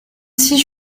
six